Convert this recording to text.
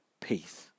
peace